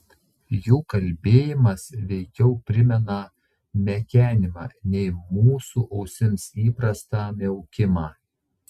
jų kalbėjimas veikiau primena mekenimą nei mūsų ausims įprastą miaukimą